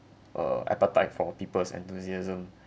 uh appetite for people's enthusiasm